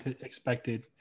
expected